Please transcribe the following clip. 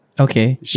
Okay